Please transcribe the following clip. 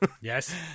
Yes